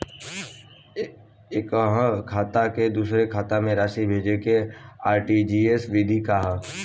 एकह खाता से दूसर खाता में राशि भेजेके आर.टी.जी.एस विधि का ह?